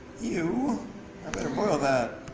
you i better boil that.